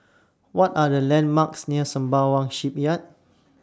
What Are The landmarks near Sembawang Shipyard